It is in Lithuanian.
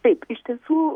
taip iš tiesų